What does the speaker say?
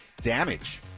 damage